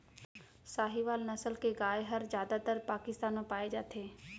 साहीवाल नसल के गाय हर जादातर पाकिस्तान म पाए जाथे